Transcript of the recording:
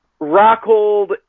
Rockhold